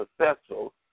successful